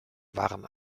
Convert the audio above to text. waren